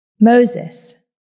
Moses